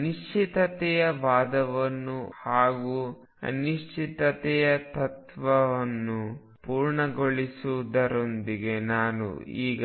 ಅನಿಶ್ಚಿತತೆಯ ವಾದವನ್ನು ಹಾಗೂ ಅನಿಶ್ಚಿತತೆಯ ತತ್ವವನ್ನು ಪೂರ್ಣಗೊಳಿಸುವುದರೊಂದಿಗೆ ನಾನು ಈಗ